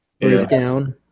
breakdown